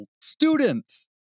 students